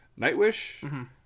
nightwish